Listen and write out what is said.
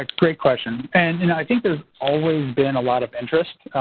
ah great question. and, you know, i think there's always been a lot of interest.